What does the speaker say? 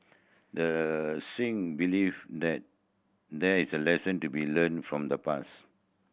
the Singh believe that there is a lesson to be learn from the pass